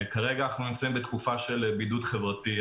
כרגע אנחנו נמצאים בתופה של בידוד חברתי,